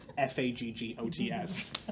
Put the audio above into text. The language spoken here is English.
F-A-G-G-O-T-S